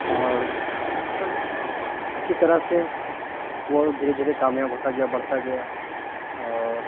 اور اِسی طرح سے وہ دھیرے دھیرے کامیاب ہوتا گیا بڑھتا گیا اور